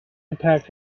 impact